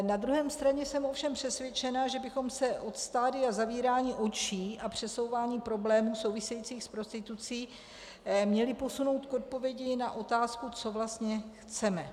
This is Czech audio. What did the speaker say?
Na druhé straně jsem ovšem přesvědčena, že bychom se od stadia zavírání očí a přesouvání problémů souvisejících s prostitucí měli posunout k odpovědi na otázku, co vlastně chceme.